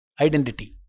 Identity